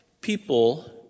people